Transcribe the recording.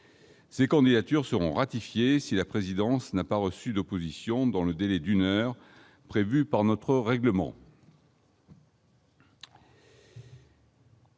Ces candidatures seront ratifiées si la présidence n'a pas reçu d'opposition dans le délai d'une heure prévu par notre règlement.